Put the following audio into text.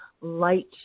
light